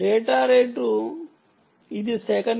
data rate ఇది సెకనుకు 0